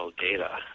data